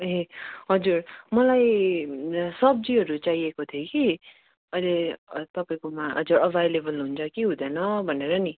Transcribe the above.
ए हजुर मलाई सब्जीहरू चाहिएको थियो कि अहिले तपाईँकोमा आज अभाइलेबल हुन्छ कि हुँदैन भनेर नि